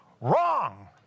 Wrong